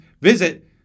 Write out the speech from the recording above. visit